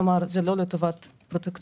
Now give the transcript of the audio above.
כלומר זה לא לטובת פרוטקציוניזם,